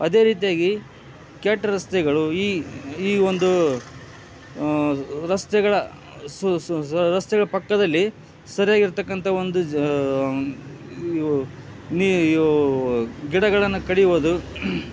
ಅದೇ ರೀತಿಯಾಗಿ ಕೆಟ್ಟ ರಸ್ತೆಗಳು ಈ ಈ ಒಂದು ರಸ್ತೆಗಳ ರಸ್ತೆಗಳ ಪಕ್ಕದಲ್ಲಿ ಸರಿಯಾಗಿರತಕ್ಕಂಥ ಒಂದು ಯೋ ನೀ ಯೋ ಗಿಡಗಳನ್ನು ಕಡಿವುದು